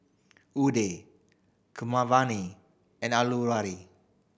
Udai Keeravani and Alluri